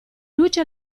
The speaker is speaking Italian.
luce